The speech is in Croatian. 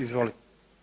Izvolite.